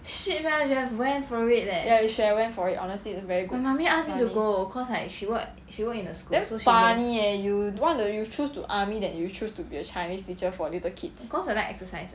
ya you should have went for it honestly it's very good money damn funny leh you don't want the you choose to army than choose to be a chinese teacher for little kids